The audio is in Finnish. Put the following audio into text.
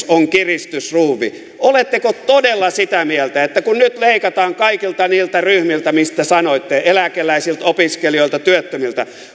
on kiristysruuvi oletteko todella sitä mieltä että kun nyt leikataan kaikilta niiltä ryhmiltä mistä sanoitte eläkeläisiltä opiskelijoilta työttömiltä